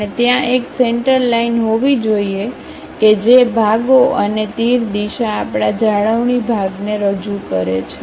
અને ત્યાં એક સેન્ટર લાઈન હોવી જોઈએ કે જે ભાગો અને તીર દિશા આપણા જાળવણી ભાગને રજૂ કરે છે